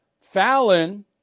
Fallon